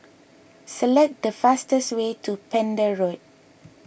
select the fastest way to Pender Road